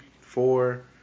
four